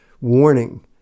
warning